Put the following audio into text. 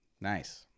Nice